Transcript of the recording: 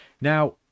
now